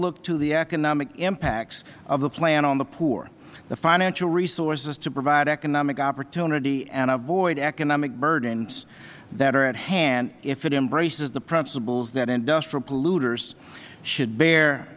look to the economic impacts of the plan on the poor the financial resources to provide economic opportunity and avoid economic burdens that are at hand if it embraces the principles that industrial polluters should bear